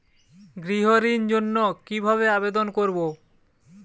গৃহ ঋণ জন্য কি ভাবে আবেদন করব?